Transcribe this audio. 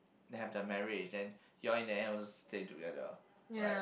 they have the marriage then he all in the house stay together right